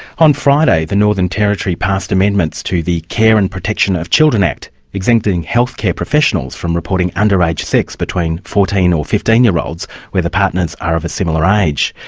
on friday, the northern territory passed amendments to the care and protection of children act, exempting healthcare professionals from reporting under-age sex between fourteen or fifteen year olds where the partners are of a similar age.